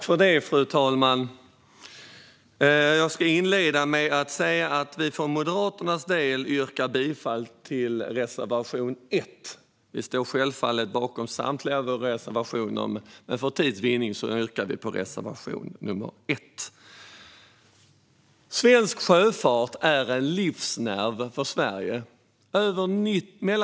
Fru talman! Jag ska inleda med att säga att jag för Moderaternas del yrkar bifall till reservation 1. Vi står självfallet bakom samtliga våra reservationer, men för tids vinnande yrkar jag bifall endast till reservation nr 1. Svensk sjöfart är en livsnerv för Sverige.